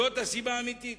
זאת הסיבה האמיתית.